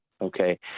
Okay